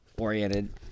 Oriented